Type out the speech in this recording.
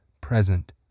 present